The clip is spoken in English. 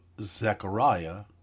Zechariah